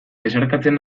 besarkatzen